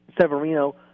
Severino